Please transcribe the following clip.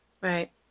Right